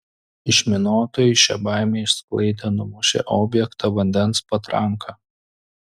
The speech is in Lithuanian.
išminuotojai šią baimę išsklaidė numušę objektą vandens patranka